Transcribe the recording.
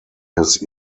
his